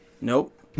Nope